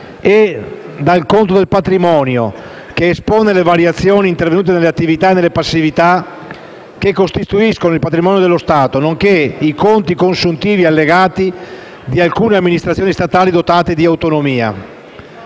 e dal conto del patrimonio, che espone le variazioni intervenute nelle attività e nelle passività che costituiscono il patrimonio dello Stato, nonché i conti consuntivi allegati di alcune amministrazioni statali dotate di autonomia.